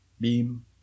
beam